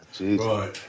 Right